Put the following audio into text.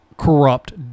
corrupt